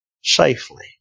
safely